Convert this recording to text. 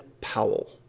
powell